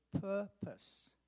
purpose